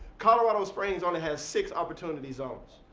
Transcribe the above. colorado springs only has six opportunity zones,